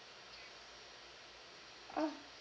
ah